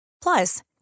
Plus